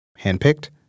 Handpicked